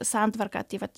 santvarką tai vat